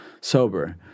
sober